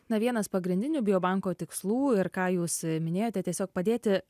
na vienas pagrindinių biobanko tikslų ir ką jūs minėjote tiesiog padėti